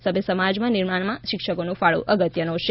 સભ્ય સમાજના નિર્માણમાં શિક્ષકનો ફાળો અગત્યનો છે